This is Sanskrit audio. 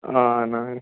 न